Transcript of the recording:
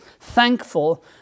thankful